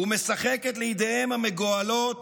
ומשחקת לידיהם המגואלות